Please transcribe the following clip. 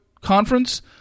conference